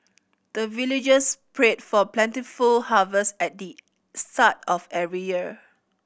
the villagers pray for plentiful harvest at the start of every year